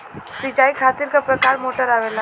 सिचाई खातीर क प्रकार मोटर आवेला?